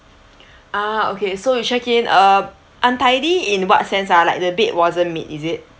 ah okay so you check in uh untidy in what sense ah like the bed wasn't made is it